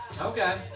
Okay